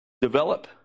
develop